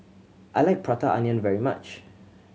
I like Prata Onion very much